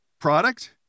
product